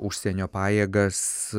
užsienio pajėgas